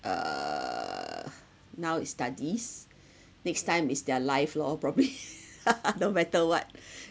err now is studies next time is their life lor probably no matter what